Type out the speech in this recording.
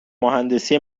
مهندسی